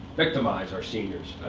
victimize our seniors.